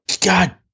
god